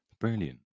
Brilliant